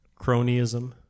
Cronyism